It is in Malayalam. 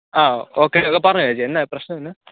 ആ ഓക്കേ പറഞ്ഞോളൂ ചേച്ചി എന്നാ പ്രശ്നം എന്നാ